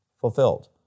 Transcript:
fulfilled